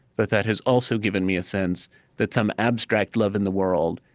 that that has also given me a sense that some abstract love in the world,